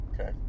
okay